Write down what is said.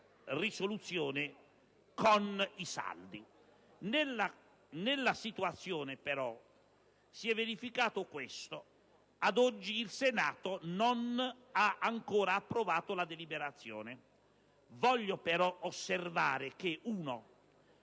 risoluzione con i saldi. Nella situazione contingente, però, si è verificato che, ad oggi, il Senato non ha ancora approvato la deliberazione. Voglio però osservare